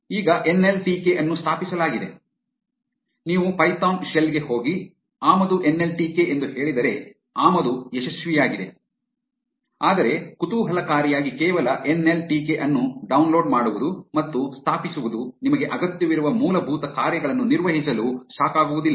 ಈಗ N L T K ಅನ್ನು ಸ್ಥಾಪಿಸಲಾಗಿದೆ ನೀವು ಪೈಥಾನ್ ಶೆಲ್ ಗೆ ಹೋಗಿ ಆಮದು ಎನ್ ಎಲ್ ಟಿ ಕೆ ಎಂದು ಹೇಳಿದರೆ ಆಮದು ಯಶಸ್ವಿಯಾಗಿದೆ ಆದರೆ ಕುತೂಹಲಕಾರಿಯಾಗಿ ಕೇವಲ ಎನ್ ಎಲ್ ಟಿ ಕೆ ಅನ್ನು ಡೌನ್ಲೋಡ್ ಮಾಡುವುದು ಮತ್ತು ಸ್ಥಾಪಿಸುವುದು ನಿಮಗೆ ಅಗತ್ಯವಿರುವ ಮೂಲಭೂತ ಕಾರ್ಯಗಳನ್ನು ನಿರ್ವಹಿಸಲು ಸಾಕಾಗುವುದಿಲ್ಲ